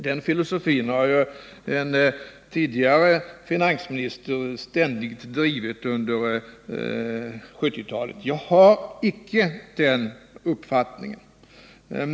Den filosofin har ju en tidigare finansminister ständigt drivit under 1970-talet. Jag har icke den uppfattningen.